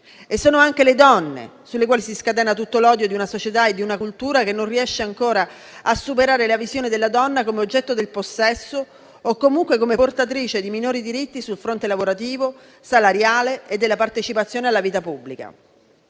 e sono anche le donne, sulle quali si scatena tutto l'odio di una società e di una cultura che non riesce ancora a superare la visione della donna come oggetto del possesso o come portatrice di minori diritti sul fronte lavorativo, salariale e della partecipazione alla vita pubblica.